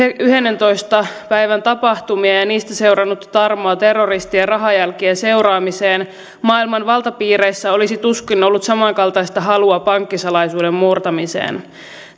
yhdennentoista päivän tapahtumia ja ja niistä seurannutta tarmoa terroristien rahajälkien seuraamiseen maailman valtapiireissä olisi tuskin ollut samankaltaista halua pankkisalaisuuden murtamiseen